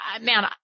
man